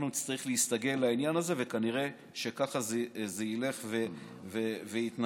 נצטרך להסתגל וכנראה שככה זה ילך ויתנהל.